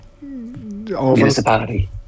municipality